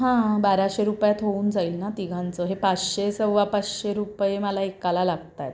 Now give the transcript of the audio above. हां बाराशे रुपयात होऊन जाईल ना तिघांचं हे पाचशे सव्वा पाचशे रुपये मला एकाला लागत आहेत